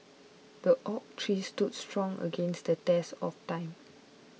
the oak tree stood strong against the test of time